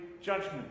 judgment